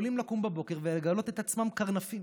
יכולים לקום בבוקר ולגלות את עצמם קרנפים.